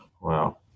Wow